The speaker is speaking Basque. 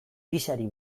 pixari